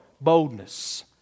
boldness